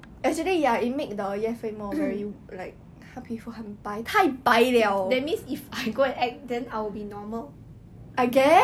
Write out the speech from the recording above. but then on the show right her voice is quite high pitch no is very 明显 the difference 真的很明显